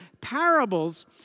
parables